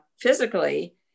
physically